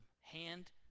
hand